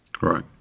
Right